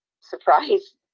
surprise